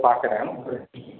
பார்க்குறேன்